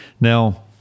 now